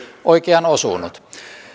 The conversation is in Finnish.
oikeaan osunut